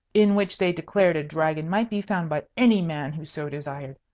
in which they declared a dragon might be found by any man who so desired.